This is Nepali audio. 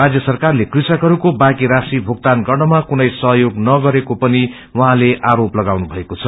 राजय सरकारले कृयकहरूको बाँकी राशि भुगतान गर्नमा कुनै सहयोग नगरेको पनि उझँले आरोप लगाउनु मएको छ